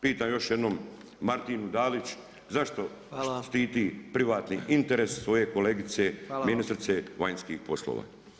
Pitam još jednom Martinu Daliću zašto štitite privatni interes svoje kolegice ministrice vanjskih poslova?